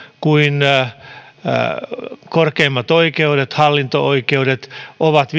kuin myös korkeimmat oikeudet hallinto oikeudet ovat